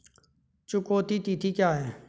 चुकौती तिथि क्या है?